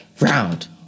round